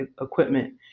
equipment